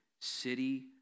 city